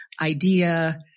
idea